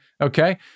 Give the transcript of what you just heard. okay